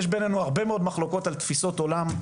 יש בינינו הרבה מאוד מחלוקות על תפיסות עולם,